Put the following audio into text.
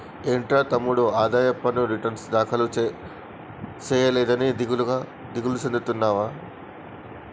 ఏంట్రా తమ్ముడు ఆదాయ పన్ను రిటర్న్ దాఖలు సేయలేదని దిగులు సెందుతున్నావా